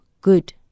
good